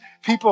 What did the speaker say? people